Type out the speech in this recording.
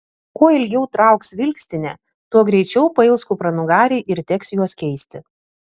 kuo ilgiau trauks vilkstinė tuo greičiau pails kupranugariai ir teks juos keisti